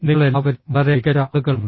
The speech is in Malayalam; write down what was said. നിങ്ങളെല്ലാവരും വളരെ മികച്ച ആളുകളാണ്